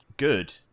Good